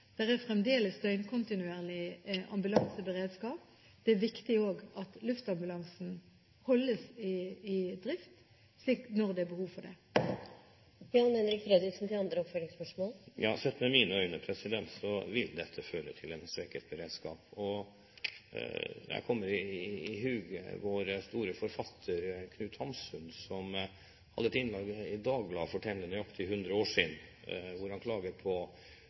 er fremdeles døgnkontinuerlig ambulanseberedskap. Det er også viktig at luftambulansen holdes i drift når det er behov for det. Sett med mine øyne vil dette føre til en svekket beredskap. Jeg kommer i hug vår store forfatter Knut Hamsun, som hadde et innlegg i Dagbladet for temmelig nøyaktig 100 år siden hvor han klaget på